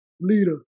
leader